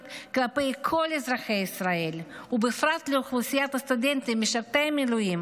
כלפי כל אזרחי ישראל ובפרט אוכלוסיית הסטודנטים משרתי מילואים